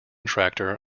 tractor